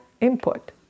input